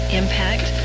impact